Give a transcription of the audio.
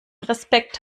respekt